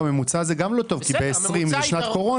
הממוצע זה גם לא טוב כי ב-2020 זה עדיין שנת קורונה.